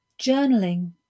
journaling